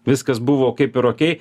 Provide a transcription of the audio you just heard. viskas buvo kaip ir okei